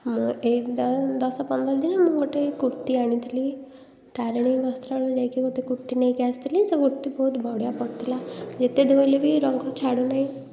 ମୁଁ ଏଇ ଦଶ ପନ୍ଦରଦିନ ହେବ ଗୋଟେ କୁର୍ତ୍ତୀ ଆଣିଥିଲି ତାରିଣୀ ବସ୍ତ୍ରାଳୟ ଯାଇକି ଗୋଟେ କୁର୍ତ୍ତୀ ନେଇକି ଆସିଥିଲି ସେ କୁର୍ତ୍ତୀ ବହୁତ ବଢ଼ିଆ ପଡ଼ିଥିଲା ଯେତେ ଧୋଇଲେ ବି ରଙ୍ଗ ଛାଡ଼ୁନାହିଁ